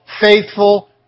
faithful